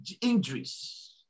injuries